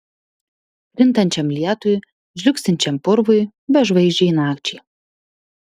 krintančiam lietui žliugsinčiam purvui bežvaigždei nakčiai